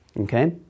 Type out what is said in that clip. okay